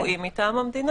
גורם רפואי מטעם המדינה.